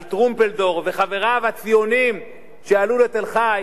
טרומפלדור וחבריו הציונים שעלו לתל-חי,